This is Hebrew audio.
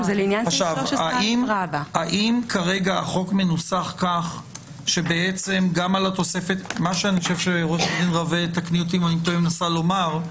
זה לעניין סעיף 13א. מה שאני חושב שעורכת דין רווה מנסה לומר,